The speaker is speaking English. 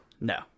No